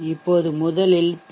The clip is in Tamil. இப்போது முதலில் பி